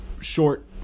short